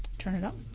turn it up.